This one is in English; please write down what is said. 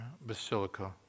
Basilica